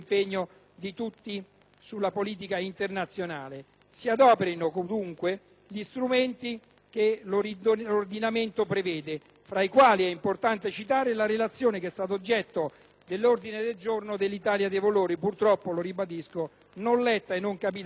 sulla politica internazionale. Si adoperino, dunque, gli strumenti che l'ordinamento prevede. Tra di essi è importante citare la relazione che è stata oggetto dell'ordine del giorno dell'Italia dei Valori, purtroppo non letta e non compresa dal Governo, come avrò